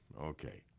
Okay